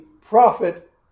prophet